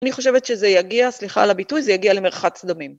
אני חושבת שזה יגיע, סליחה על הביטוי, זה יגיע למרחץ דמים.